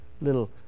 little